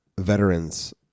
veterans